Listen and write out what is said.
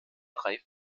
drei